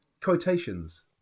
quotations